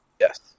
Yes